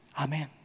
Amen